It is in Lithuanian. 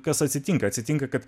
kas atsitinka atsitinka kad